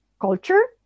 culture